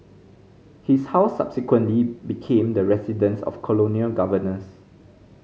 his house subsequently became the residence of colonial governors